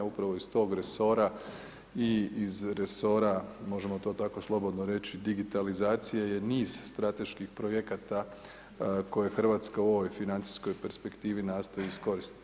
Upravo iz tog resora i iz resora, možemo to tako slobodno reći, digitalizacije je niz strateških projekta koje Hrvatska u ovoj financijskoj perspektivi nastoji iskoristiti.